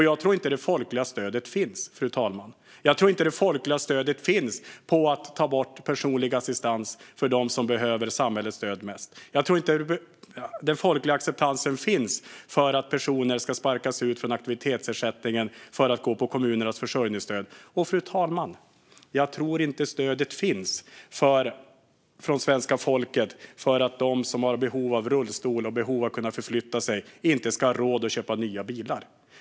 Jag tror inte att det folkliga stödet finns, fru talman. Jag tror inte att det folkliga stödet finns för att ta bort personlig assistans för dem som behöver samhällets stöd mest. Jag tror inte att den folkliga acceptansen finns för att personer ska sparkas ut från aktivitetsersättningen för att gå på kommunernas försörjningsstöd. Och, fru talman, jag tror inte att stödet finns från svenska folket för att de som har behov av rullstol och behov av att kunna förflytta sig inte ska ha råd att köpa nya bilar.